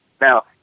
Now